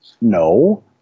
no